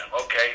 okay